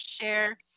share